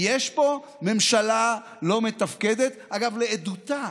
כי יש פה ממשלה לא מתפקדת אגב, לעדותה.